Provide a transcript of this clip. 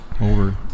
over